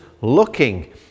looking